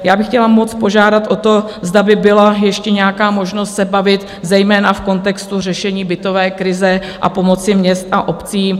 Já bych chtěla moc požádat o to, zda by byla ještě nějaká možnost se bavit, zejména v kontextu řešení bytové krize, a pomoci městům a obcím.